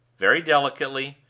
very delicately,